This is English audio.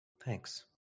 Thanks